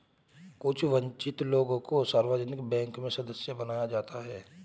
कुछ वन्चित लोगों को सार्वजनिक बैंक में सदस्य बनाया जाता है